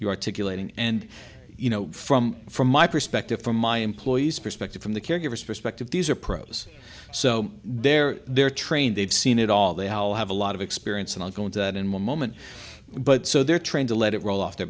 articulating and you know from from my perspective from my employees perspective from the caregivers perspective these are pros so they're they're trained they've seen it all they all have a lot of experience and i'll go into that in one moment but so they're trying to let it roll off their